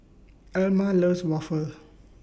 Elma loves Waffle